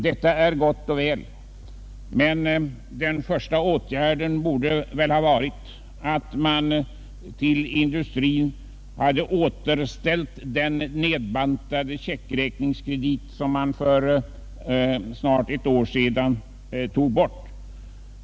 Detta är gott och väl. Men den första åtgärden borde kanske ha varit att till industrin återställa den checkräkningskredit, som för snart ett år sedan bantades ner.